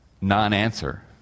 non-answer